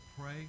pray